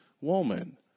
woman